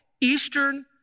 eastern